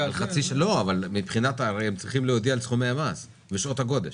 הם צריכים להודיע על סכומי המס בשעות הגודש.